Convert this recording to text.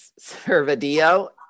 Servadio